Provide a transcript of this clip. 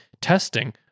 testing